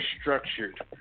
structured